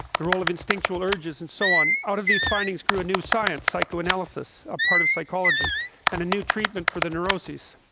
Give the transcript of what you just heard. the role of instinctual urges and so on out of these findings grew a new science psychoanalysis a part of psychology and a new treatment for the neurosis.